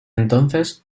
entonces